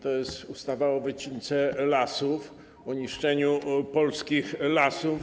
To jest ustawa o wycince lasów, o niszczeniu polskich lasów.